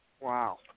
Wow